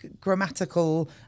grammatical